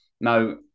Now